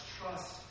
trust